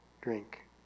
Drink